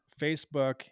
Facebook